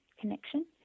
connection